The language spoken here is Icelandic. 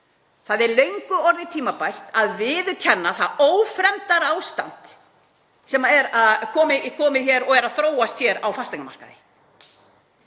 Það er löngu orðið tímabært að viðurkenna það ófremdarástand sem er komið hér og er að þróast hér á fasteignamarkaði.